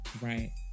right